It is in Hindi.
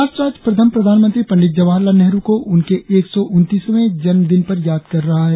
राष्ट्र आज प्रथम प्रधानमंत्री पंडित जवाहार लाल नेहरु को उनके एक सौ उनतीसवें जन्मदिन पर याद कर रहा है